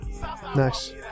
nice